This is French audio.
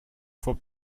fois